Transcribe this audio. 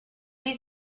wie